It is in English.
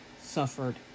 suffered